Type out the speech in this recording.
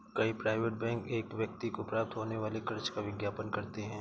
कई private bank एक व्यक्ति को प्राप्त होने वाले कर्ज का विज्ञापन करते हैं